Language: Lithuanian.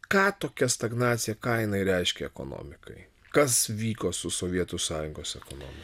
ką tokia stagnacija ką jinai reiškia ekonomikai kas vyko su sovietų sąjungos ekonomika